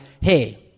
Hey